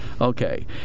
Okay